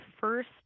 first